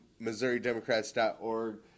MissouriDemocrats.org